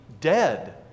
dead